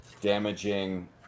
damaging